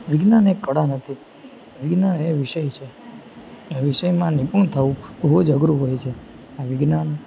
વિજ્ઞાન એ કળા નથી વિજ્ઞાન એ વિષય છે એ વિષયમાં નિપુણ થવું ખૂબ જ અઘરું હોય છે આ વિજ્ઞાન